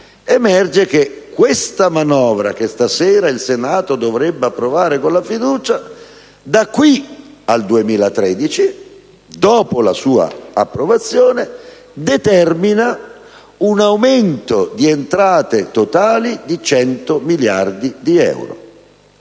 emerge che la manovra che il Senato dovrebbe approvare stasera con la fiducia da qui al 2013, dopo la sua approvazione, determina un aumento di entrate totali di 100 miliardi di euro